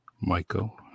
Michael